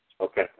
Okay